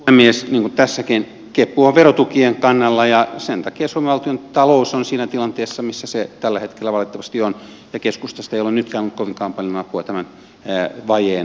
niin kuin tässäkin kepu on verotukien kannalla ja sen takia suomen valtiontalous on siinä tilanteessa missä se tällä hetkellä valitettavasti on ja keskustasta ei ole nytkään kovinkaan paljon apua tämän vajeen supistamisessa